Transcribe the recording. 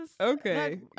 okay